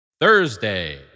Thursday